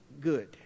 good